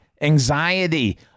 anxiety